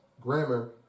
grammar